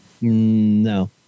No